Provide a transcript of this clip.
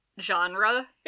genre